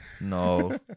No